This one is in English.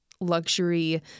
luxury